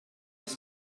his